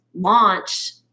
launch